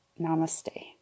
namaste